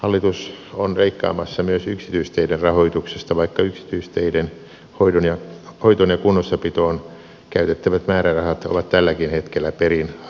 hallitus on leikkaamassa myös yksityisteiden rahoituksesta vaikka yksityisteiden hoitoon ja kunnossapitoon käytettävät määrärahat ovat tälläkin hetkellä perin alhaisella tasolla